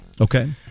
Okay